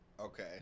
okay